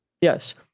Yes